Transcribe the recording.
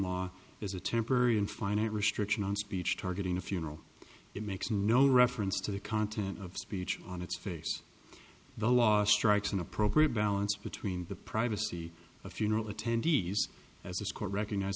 law is a temporary and finite restriction on speech targeting a funeral it makes no reference to the content of speech on its face the last rites an appropriate balance between the privacy of funeral attendees as this court recognized